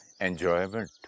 Enjoyment